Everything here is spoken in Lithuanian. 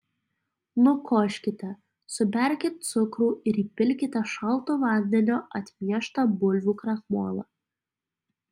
nukoškite suberkit cukrų ir įpilkite šaltu vandeniu atmieštą bulvių krakmolą